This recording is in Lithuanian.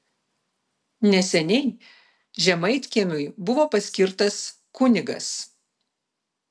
neseniai žemaitkiemiui buvo paskirtas kunigas